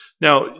Now